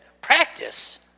practice